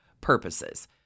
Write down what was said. purposes